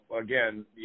again